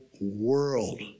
world